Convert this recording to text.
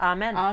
Amen